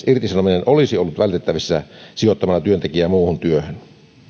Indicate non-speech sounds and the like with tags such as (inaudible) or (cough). (unintelligible) irtisanominen olisi ollut vältettävissä sijoittamalla työntekijä muuhun työhön